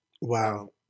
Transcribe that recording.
Wow